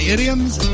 Idioms